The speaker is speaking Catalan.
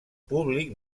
públic